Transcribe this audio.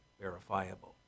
verifiable